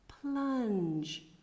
Plunge